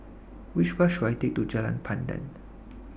Which Bus should I Take to Jalan Pandan